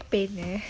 pain eh